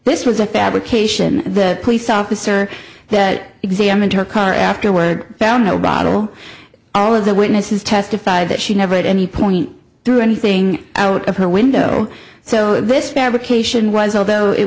this was a fabrication the police officer that examined her car afterward found no bottle all of the witnesses testified that she never at any point threw anything out of her window so this fabrication was although it